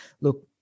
look